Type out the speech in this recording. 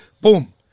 boom